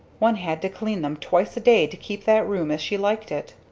one had to clean them twice a day to keep that room as she liked it.